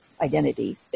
identity